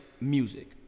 music